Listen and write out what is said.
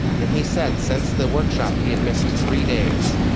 and he said since the workshop he had missed three days,